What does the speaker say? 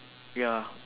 ya